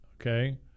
okay